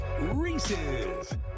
Reese's